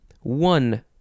One